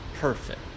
perfect